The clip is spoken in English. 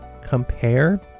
compare